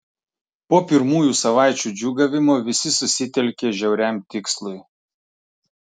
po pirmųjų savaičių džiūgavimo visi susitelkė žiauriam tikslui